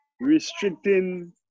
restricting